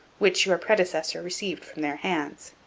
which your predecessor received from their hands.